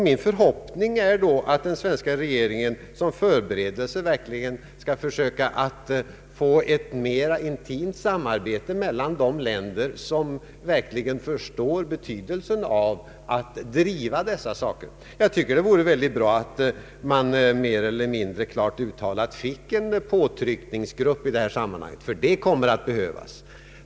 Min förhoppning är att den svenska regeringen som förberedelse verkligen skall försöka få ett mera intimt samarbete mellan de länder som förstår betydelsen av att driva dessa saker. Det vore väldigt bra om man mer eller mindre klart uttalat fick en påtryckningsgrupp i detta sammanhang. Det kommer att behövas.